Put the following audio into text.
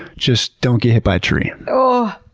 just don't get hit by a tree. oh!